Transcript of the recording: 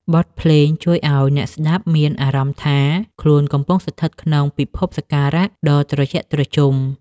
បទភ្លេងជួយឱ្យអ្នកស្ដាប់មានអារម្មណ៍ថា ខ្លួនកំពុងស្ថិតក្នុងពិភពសក្ការៈដ៏ត្រជាក់ត្រជុំ។